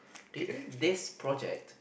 do you think this project